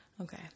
Okay